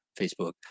Facebook